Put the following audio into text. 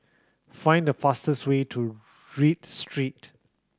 find the fastest way to Read Street